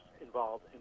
involved